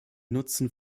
nutzen